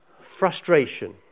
frustration